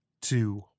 two